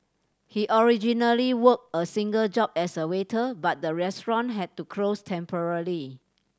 he originally worked a single job as a waiter but the restaurant had to close temporarily